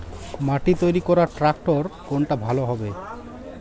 মাটি তৈরি করার ট্রাক্টর কোনটা ভালো হবে?